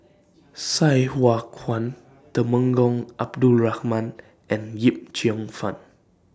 Sai Hua Kuan Temenggong Abdul Rahman and Yip Cheong Fun